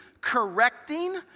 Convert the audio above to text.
correcting